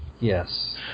Yes